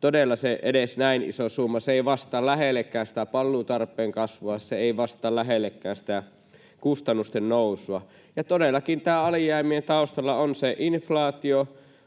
todella edes näin iso summa. Se ei vastaa lähellekään sitä palvelutarpeen kasvua, se ei vastaa lähellekään sitä kustannusten nousua. Todellakin, näiden alijäämien taustalla on se inflaatio,